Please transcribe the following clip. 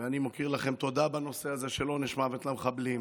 ואני מכיר לכם תודה בנושא הזה של עונש מוות למחבלים,